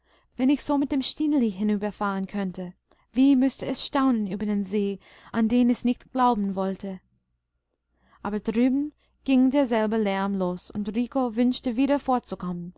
wenn ich so mit dem stineli hinüberfahren könnte wie müßte es staunen über den see an den es nicht glauben wollte aber drüben ging derselbe lärm los und rico wünschte wieder